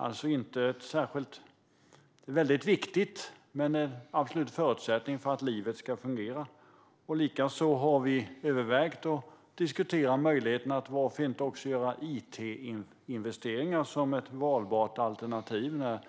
Det är viktigt och en absolut förutsättning för att livet ska fungera. Likaså har Centerpartiet övervägt och diskuterat möjligheten att varför inte också göra it-investeringar till ett valbart alternativ när